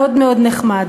מאוד נחמד,